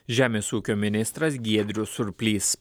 žemės ūkio ministras giedrius surplys